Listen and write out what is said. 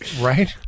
Right